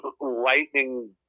lightning